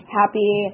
happy